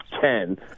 ten